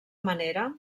manera